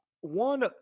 one